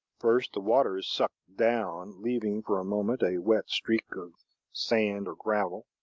first, the water is sucked down, leaving for a moment a wet streak of sand or gravel,